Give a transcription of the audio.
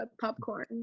popcorn